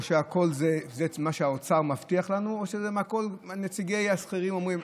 הכול זה מה שהאוצר מבטיח לנו או זה הכול מה שנציגי השכירים אומרים?